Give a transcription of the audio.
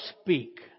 speak